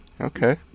Okay